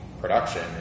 production